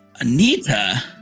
Anita